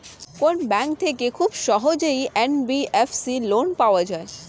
কোন ব্যাংক থেকে খুব সহজেই এন.বি.এফ.সি লোন পাওয়া যায়?